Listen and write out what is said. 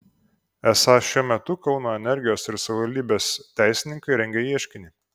esą šiuo metu kauno energijos ir savivaldybės teisininkai rengia ieškinį